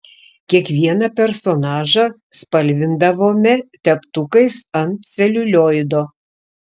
kiekvieną personažą spalvindavome teptukais ant celiulioido